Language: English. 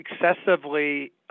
excessively